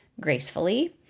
gracefully